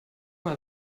mal